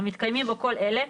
המתקיימים בו כל אלה,